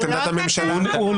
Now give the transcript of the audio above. ------ לא